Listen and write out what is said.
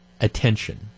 attention